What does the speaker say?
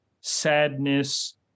sadness